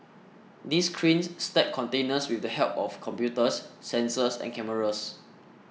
these cranes stack containers with the help of computers sensors and cameras